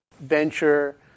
venture